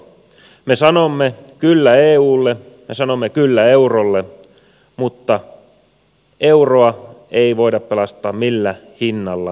me sanomme kyllä eulle me sanomme kyllä eurolle mutta euroa ei voida pelastaa millä hinnalla tahansa